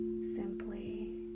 simply